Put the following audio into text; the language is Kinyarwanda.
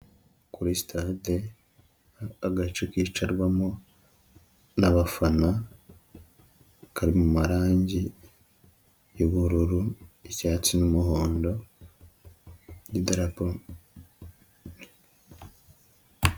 Kuri sitade agace kicarwamo n'abafana, kari mu marangi y'ubururu, icyatsi n'umuhondo n'idarapo.